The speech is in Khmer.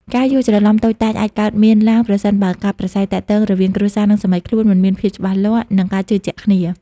ការយល់ច្រឡំតូចតាចអាចកើតមានឡើងប្រសិនបើការប្រាស្រ័យទាក់ទងរវាងគ្រួសារ និងសាមីខ្លួនមិនមានភាពច្បាស់លាស់ និងការជឿជាក់គ្នា។